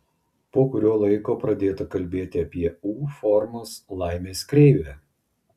po kurio laiko pradėta kalbėti apie u formos laimės kreivę